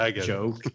joke